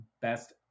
best